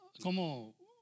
como